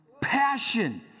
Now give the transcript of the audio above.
passion